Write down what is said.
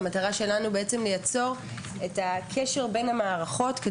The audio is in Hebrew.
והמטרה שלנו היא ליצור קשר בין המערכות.